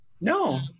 No